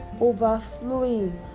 overflowing